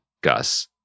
gus